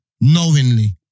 Knowingly